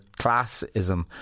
classism